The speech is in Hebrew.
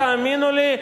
תאמינו לי,